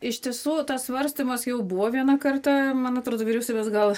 iš tiesų tas svarstymas jau buvo vieną kartą man atrodo vyriausybės gal